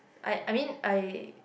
I I mean I